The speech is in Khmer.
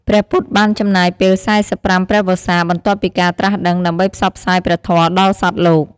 ព្រះពុទ្ធបានចំណាយពេល ៤៥ ព្រះវស្សា បន្ទាប់ពីការត្រាស់ដឹង ដើម្បីផ្សព្វផ្សាយព្រះធម៌ដល់សត្វលោក។